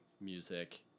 music